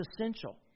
essential